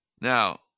Now